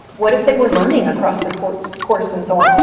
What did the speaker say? what if they were learning across the course course and so on?